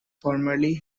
formerly